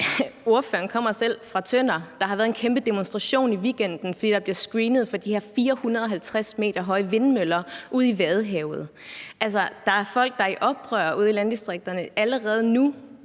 ordføreren kommer selv fra Tønder. Der har været en kæmpe demonstration i weekenden, fordi der blev screenet for de her 450 m høje vindmøller ude i Vadehavet. Der er folk, der er i oprør ude i landdistrikterne allerede nu,